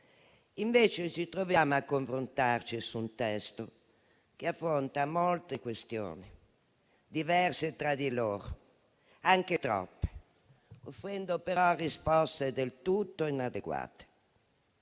invece a confrontarci su un testo che affronta molte questioni, diverse tra di loro, anche troppo, offrendo però risposte del tutto inadeguate.